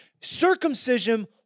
Circumcision